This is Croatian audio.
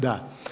Da.